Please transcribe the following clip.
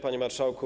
Panie Marszałku!